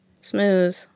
Smooth